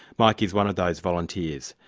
mike is one of those volunteers.